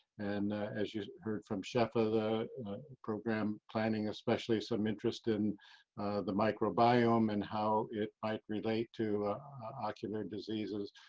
and as you heard from shefa, the program planning, especially some interest in the microbiome and how it might relate to ocular diseases.